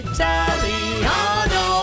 Italiano